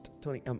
Tony